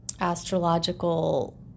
astrological